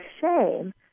shame